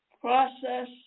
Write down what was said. process